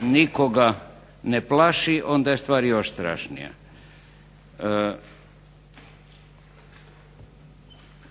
nikoga ne plaši onda je stvar još strašnija.